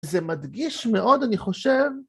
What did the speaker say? זה מדגיש מאוד, אני חושב...